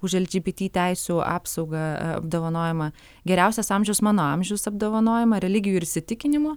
už lgbt teisių apsaugą apdovanojimą geriausias amžius mano amžius apdovanojimą religijų ir įsitikinimų